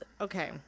okay